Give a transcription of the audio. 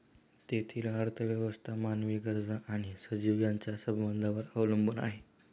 तेथील अर्थव्यवस्था मानवी गरजा आणि सजीव यांच्या संबंधांवर अवलंबून आहे